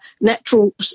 natural